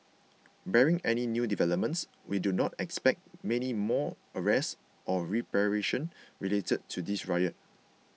barring any new developments we do not expect many more arrest or repatriation related to this riot